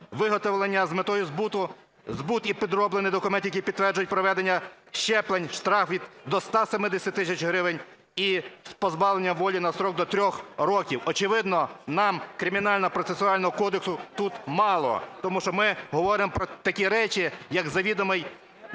Виготовлення з метою збуту, збут підроблених документів, які підтверджують проведення щеплень, штраф до 170 тисяч гривень і позбавлення волі на строк до 3 років". Очевидно, нам Кримінального процесуального кодексу тут мало, тому що ми говоримо про такі речі, як завідомий